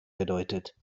bedeutet